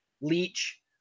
leech